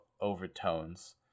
overtones